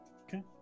Okay